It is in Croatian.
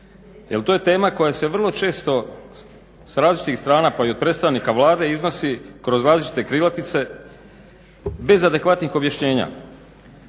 Jel to je tema koja se vrlo često s različitih strana, pa i od predstavnika Vlade iznosi kroz različite krilatice bez adekvatnih objašnjenja.